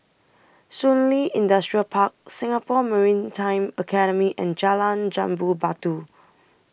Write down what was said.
Shun Li Industrial Park Singapore Maritime Academy and Jalan Jambu Batu